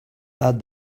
add